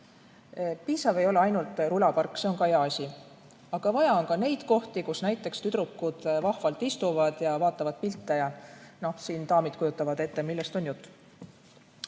Piisav ei ole ainult rulapark, see on ka hea asi, aga vaja on ka neid kohti, kus näiteks tüdrukud vahvalt istuvad ja vaatavad pilte. Noh, siin daamid kujutavad ette, millest on jutt.